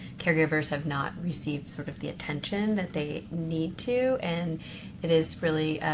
caregivers have not received sort of the attention that they need to, and it is really,